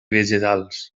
vegetals